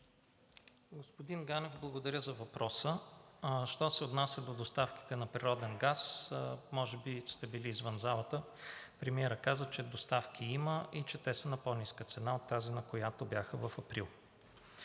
Господин Ганев, благодаря за въпроса. Що се отнася до доставките на природен газ – може би сте били извън залата, премиерът каза, че доставки има и че те са на по-ниска цена от тази, на която бяха в април.